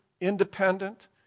independent